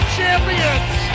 champions